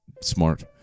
smart